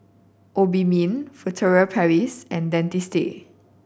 Obimin Furtere Paris and Dentiste